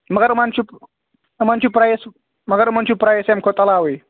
مگر یِمَن چھُ یِمَن چھُ پرٛایِز مگر یِمَن چھُ پرٛایِز ییٚمہِ کھۄتہٕ علاوٕے